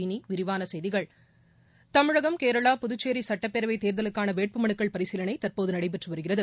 இனி விரிவான செப்திகள் தமிழகம் கேரளா புதுச்சோ சட்டப்பேரஎவத் தேர்தலுக்காள வேட்புமலுக்கள் பரிசீலனை தற்போது நடைபெற்று வருகிறது